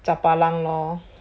chapalang lor